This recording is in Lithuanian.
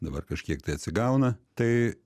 dabar kažkiek tai atsigauna tai